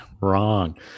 wrong